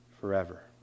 forever